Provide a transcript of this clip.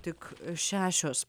tik šešios